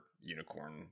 unicorn